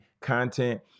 content